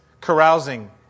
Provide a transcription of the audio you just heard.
carousing